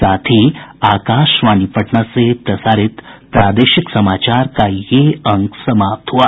इसके साथ ही आकाशवाणी पटना से प्रसारित प्रादेशिक समाचार का ये अंक समाप्त हुआ